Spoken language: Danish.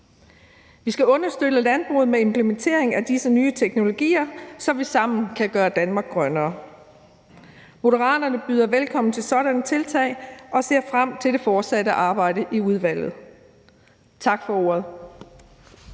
Vi skal understøtte landbruget med implementering af disse nye teknologier, så vi sammen kan gøre Danmark grønnere. Moderaterne byder sådanne tiltag velkommen og ser frem til det fortsatte arbejde i udvalget. Tak for ordet.